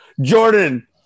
Jordan